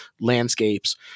landscapes